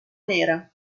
nera